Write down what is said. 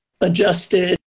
adjusted